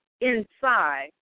inside